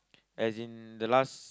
as in the last